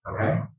okay